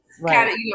right